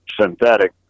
synthetic